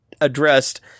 addressed